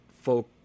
folk